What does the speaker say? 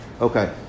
Okay